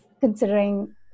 considering